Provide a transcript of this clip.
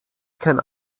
can